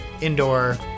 indoor